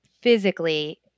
physically